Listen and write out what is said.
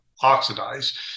oxidize